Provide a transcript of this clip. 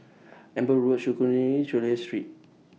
Amber Road Secondary Chulia Street